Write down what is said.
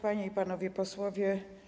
Panie i Panowie Posłowie!